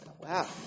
Wow